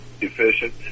efficient